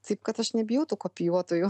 taip kad aš nebijau tų kopijuotojų